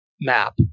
map